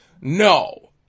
No